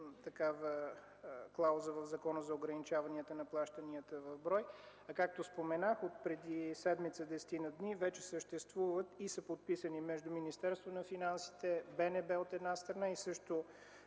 такава клауза в Закона за ограничаване на плащанията в брой. Както споменах, отпреди десетина дни вече съществуват и са подписани договори между Министерството на финансите, БНБ – от една страна, и също